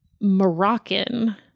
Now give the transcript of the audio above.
Moroccan